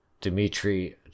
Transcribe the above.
Dmitry